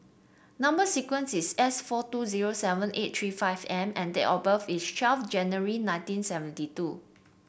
number sequence is S four two zero seven eight three five M and date of birth is twelve January nineteen seventy two